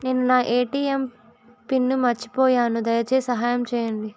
నేను నా ATM pin మర్చిపోయాను, దయచేసి సహాయం చేయండి